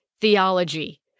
theology